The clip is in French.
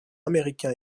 américains